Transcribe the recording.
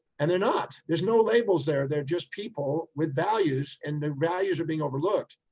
and they're not, there's no labels there. they're just people with values and the values are being overlooked.